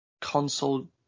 console